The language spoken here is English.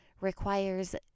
requires